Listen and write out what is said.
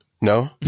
no